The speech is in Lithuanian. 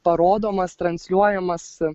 parodomas transliuojamas